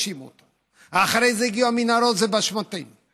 האשימו אותנו,